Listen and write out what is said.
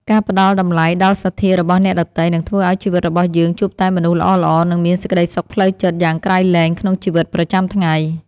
ការផ្តល់តម្លៃដល់សទ្ធារបស់អ្នកដទៃនឹងធ្វើឱ្យជីវិតរបស់យើងជួបតែមនុស្សល្អៗ និងមានសេចក្តីសុខផ្លូវចិត្តយ៉ាងក្រៃលែងក្នុងជីវិតប្រចាំថ្ងៃ។